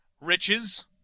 riches